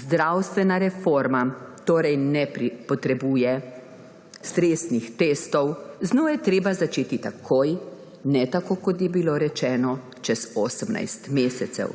Zdravstvena reforma torej ne potrebuje stresnih testov. Z njo je treba začeti takoj, ne, tako kot je bilo rečeno, čez 18 mesecev.